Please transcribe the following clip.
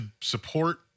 support